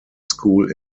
school